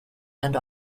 and